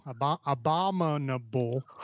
Abominable